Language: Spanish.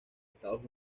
estados